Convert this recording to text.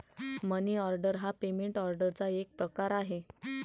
मनी order हा payment ऑर्डरचा एक प्रकार आहे